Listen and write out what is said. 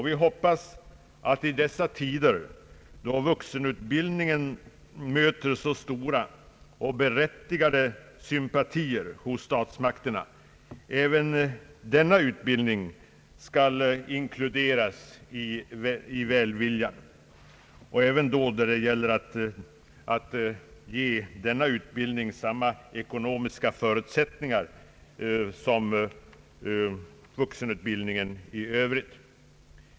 Vi hoppas att i dessa tider, då vuxenutbildningen möter så stora och berättigade sympatier från statsmakterna, också denna utbildning skall inkluderas i välviljan, även då det gäller att ge denna utbildning samma ekonomiska förutsättningar som vuxenutbildningen i övrigt.